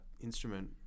instrument